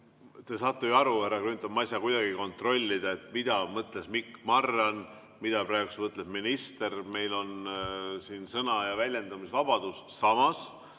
Te saate ju aru, härra Grünthal, et ma ei saa kuidagi kontrollida, mida mõtles Mikk Marran, mida praegu mõtleb minister. Meil on siin sõna‑ ja väljendusvabadus. Samas,